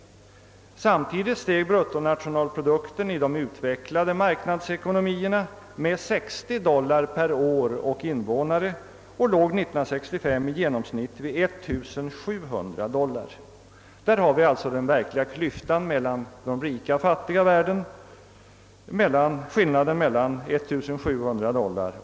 Samtidigt steg bruttonationalprodukten i de utvecklade marknadsekonomierna med 60 dollar per år och invånare och låg år 1965 i genomsnitt vid 1700 dollar.